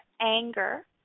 anger